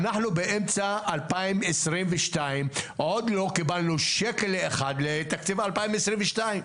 אנחנו באמצע 2022 ועוד לא קיבלנו שקל אחד לתקציב 2022,